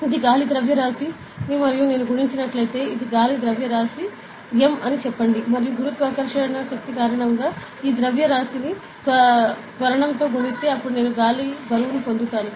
ఇది గాలి ద్రవ్యరాశి మరియు నేను గుణించినట్లయితే ఇది ద్రవ్యరాశి గాలి m అని చెప్పండి మరియు గురుత్వాకర్షణ కారణంగా నేను ఈ ద్రవ్యరాశిని త్వరణంతో గుణిస్తే అప్పుడు నేను గాలి బరువును పొందుతాను